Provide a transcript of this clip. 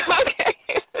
Okay